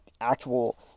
actual